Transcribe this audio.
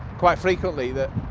quite frequently, that